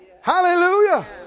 Hallelujah